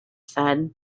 said